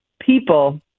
people